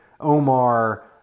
Omar